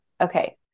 Okay